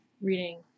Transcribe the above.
reading